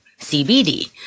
cbd